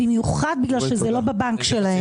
במיוחד בגלל שזה לא בבנק שלהם,